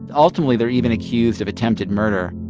and ultimately, they're even accused of attempted murder